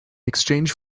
exchange